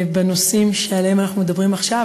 בנושאים שעליהם אנחנו מדברים עכשיו,